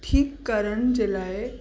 ठीकु करण जे लाइ